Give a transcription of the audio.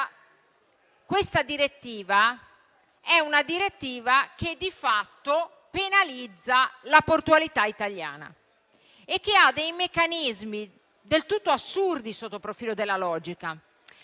Questa direttiva di fatto penalizza la portualità italiana e ha dei meccanismi del tutto assurdi sotto il profilo della logica.